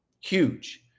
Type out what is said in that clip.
Huge